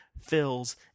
fills